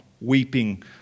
weeping